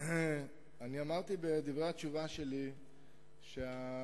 אמרתי בדברי התשובה שלי שהיצרן,